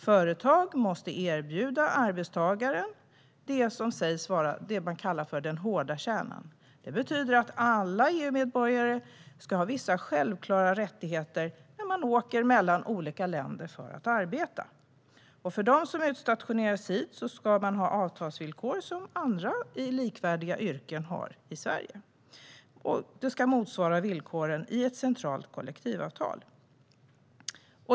Företag måste erbjuda arbetstagare det som man kallar för den hårda kärnan. Det betyder att alla EU-medborgare ska ha vissa självklara rättigheter när man åker mellan olika länder för att arbeta. För dem som utstationeras hit ska man ha avtalsvillkor som andra i likvärdiga yrken har här i Sverige, och det ska motsvara villkoren i ett centralt kollektivavtal.